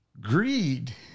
Greed